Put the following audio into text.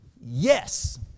Yes